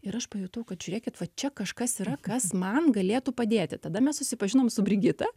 ir aš pajutau kad žiūrėkit va čia kažkas yra kas man galėtų padėti tada mes susipažinom su brigita